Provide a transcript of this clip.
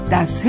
Das